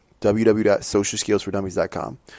www.SocialSkillsForDummies.com